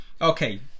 Okay